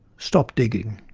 stop digging'